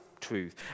truth